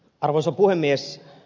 arvoisa puhemies